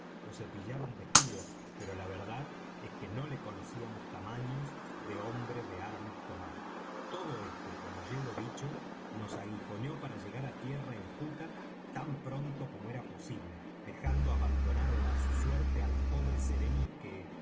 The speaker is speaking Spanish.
ó cepillar un vestido pero la verdad es que no le conocíamos tamaños de hombre de armas tomar todo esto como llevo dicho nos aguijoneó para llegar á tierra enjuta tan pronto como era posible dejando abandonado á su suerte al pobre serení que